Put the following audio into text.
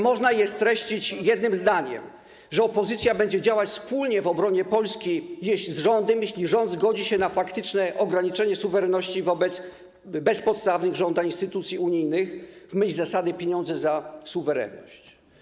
Można je streścić jednym zdaniem, że opozycja będzie działać w obronie Polski wspólnie z rządem, jeśli rząd zgodzi się na faktyczne ograniczenie suwerenności wobec bezpodstawnych żądań instytucji unijnych, w myśl zasady: pieniądze za suwerenność.